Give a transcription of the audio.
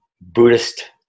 Buddhist